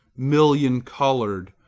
million-colored,